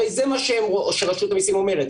הרי זה מה שרשות המיסים אומרת,